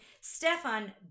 Stefan